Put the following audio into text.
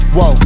Whoa